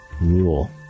rule